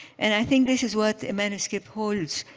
and i think this is what a manuscript holds.